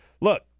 Look